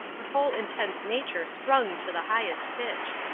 her whole intense nature strung to the highest pitch.